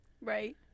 Right